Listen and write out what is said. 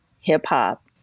hip-hop